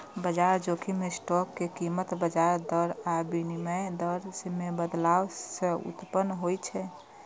बाजार जोखिम स्टॉक के कीमत, ब्याज दर आ विनिमय दर मे बदलाव सं उत्पन्न होइ छै